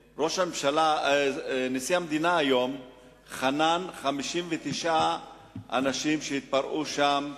היום נשיא המדינה חנן 59 אנשים שהתפרעו שם.